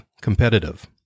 competitive